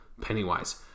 Pennywise